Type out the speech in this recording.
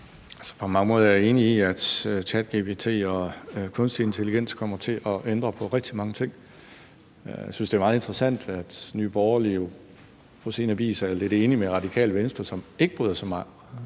På mange måder er jeg enig i, at ChatGPT og kunstig intelligens kommer til at ændre på rigtig mange ting. Jeg synes, det er meget interessant, at Nye Borgerlige på sin vis er lidt enig med Radikale Venstre, som ikke bryder sig så meget